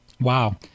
Wow